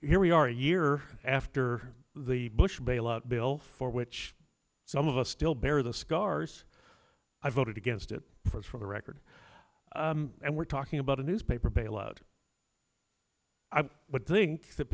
here we are a year after the bush bailout bill for which some of us still bear the scars i voted against it was for the record and we're talking about a newspaper bailout i think that